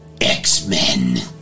X-Men